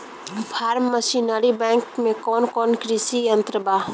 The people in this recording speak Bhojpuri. फार्म मशीनरी बैंक में कौन कौन कृषि यंत्र बा?